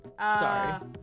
sorry